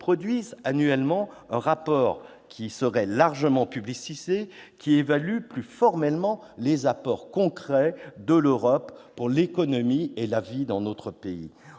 produise annuellement un rapport largement publicisé qui évalue plus formellement les apports concrets de l'Europe à l'économie de notre pays.